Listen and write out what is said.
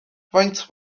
faint